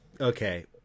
okay